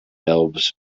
elves